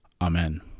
Amen